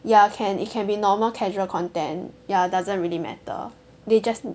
ya can it can be normal casual content ya doesn't really matter they just